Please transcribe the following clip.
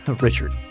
Richard